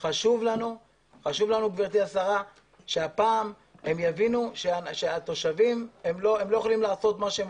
חשוב לנו שהפעם הם יבינו שהם לא יכולים לעשות מה שהם